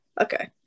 Okay